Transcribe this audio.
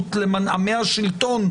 התרגלות למנעמי השלטון,